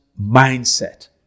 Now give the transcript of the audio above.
mindset